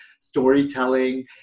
storytelling